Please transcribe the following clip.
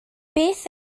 beth